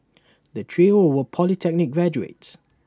the trio were polytechnic graduates